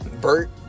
Bert